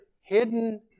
hidden